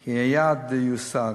כי היעד יושג.